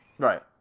Right